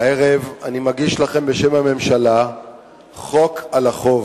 הערב אני מגיש לכם בשם הממשלה חוק על החוב,